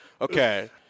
Okay